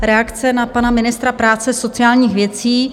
Reakce na pana ministra práce a sociálních věcí.